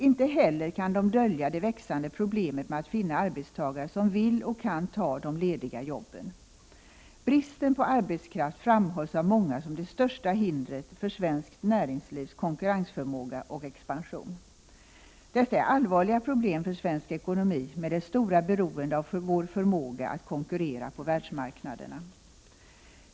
Inte heller kan de dölja det växande problemet med att finna arbetstagare som vill och kan ta de lediga jobben. Bristen på arbetskraft framhålls av många som det största hindret för svenskt näringslivs konkurrensförmåga och expansion. Detta är allvarliga problem för svensk ekonomi med dess stora beroende av vår förmåga att konkurrera på världsmarknaderna.